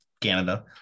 Canada